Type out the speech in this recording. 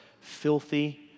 filthy